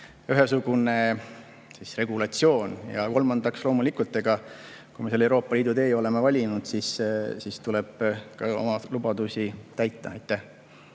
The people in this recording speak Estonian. ühesugune regulatsioon. Ja kolmandaks, loomulikult, kui me selle Euroopa Liidu tee oleme valinud, siis tuleb ka oma lubadusi täita.